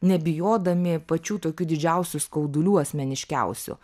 nebijodami pačių tokių didžiausių skaudulių asmeniškiausių